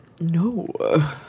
No